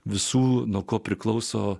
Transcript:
visų nuo ko priklauso